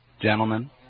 Gentlemen